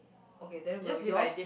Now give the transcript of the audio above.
okay then will yours